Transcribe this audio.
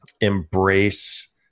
embrace